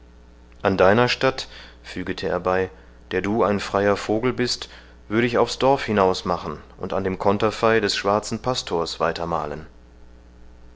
an deiner statt fügete er bei der du ein freier vogel bist würde ich aufs dorf hinausmachen und an dem conterfey des schwarzen pastors weiter malen